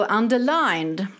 underlined